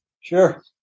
Sure